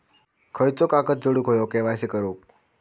खयचो कागद जोडुक होयो के.वाय.सी करूक?